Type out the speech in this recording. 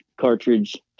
cartridge